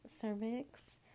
cervix